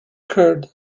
curd